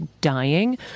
dying